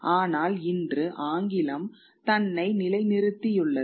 ஆனால் இன்று ஆங்கிலம் தன்னை நிலைநிறுத்தியுள்ளது